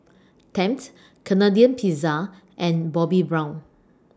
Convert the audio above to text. Tempt Canadian Pizza and Bobbi Brown